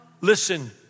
listen